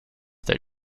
that